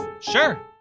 Sure